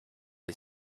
est